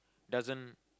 doesn't